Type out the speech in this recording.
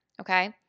Okay